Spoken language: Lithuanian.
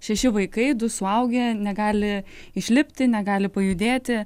šeši vaikai du suaugę negali išlipti negali pajudėti